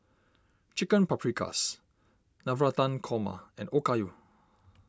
Chicken Paprikas Navratan Korma and Okayu